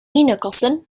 nicholson